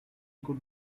could